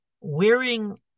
wearing